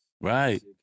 right